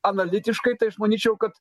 analitiškai tai aš manyčiau kad